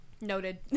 Noted